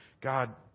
God